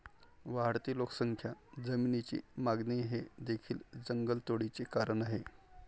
वाढती लोकसंख्या, जमिनीची मागणी हे देखील जंगलतोडीचे कारण आहे